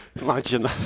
Imagine